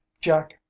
jack